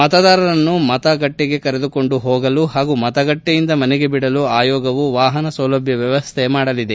ಮತದಾರರನ್ನು ಮತಗಟ್ಟಿಗೆ ಕರೆದುಕೊಂಡು ಹೋಗಲು ಹಾಗೂ ಮತಗಟ್ನೆಯಿಂದ ಮನೆಗೆ ಬಿಡಲು ಆಯೋಗವು ವಾಹನ ಸೌಲಭ್ಯ ವ್ಯವಸ್ಥೆ ಮಾಡಲಿದೆ